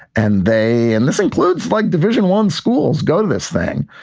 and they and this includes like division one schools gun this thing.